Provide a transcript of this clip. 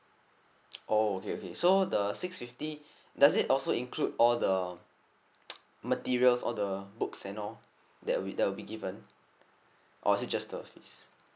oh okay okay so the six fifty does it also include all the materials all the books and all that will that will be given or is it just the